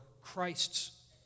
Christ's